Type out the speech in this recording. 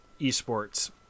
esports